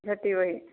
ଝୋଟି ବହି